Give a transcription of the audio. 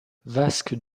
vasque